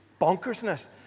bonkersness